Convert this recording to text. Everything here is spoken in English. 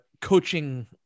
coaching